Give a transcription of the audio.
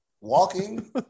walking